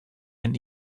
and